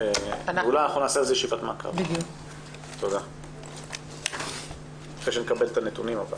אנחנו נעשה על זה ישיבת מעקב אחרי שנקבל את הנתונים.